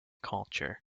culture